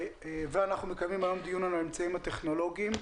ואנחנו מקיימים היום דיון על האמצעים הטכנולוגיים,